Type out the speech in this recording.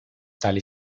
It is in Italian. tali